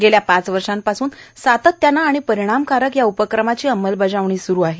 मागील पाच वर्षापासून सातत्यानं आणि परिणामकारक या उपक्रमाची अंमलबजावणी स्रु आहे